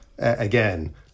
again